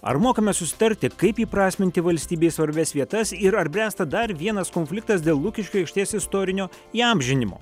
ar mokame susitarti kaip įprasminti valstybei svarbias vietas ir ar bręsta dar vienas konfliktas dėl lukiškių aikštės istorinio įamžinimo